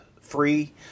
Free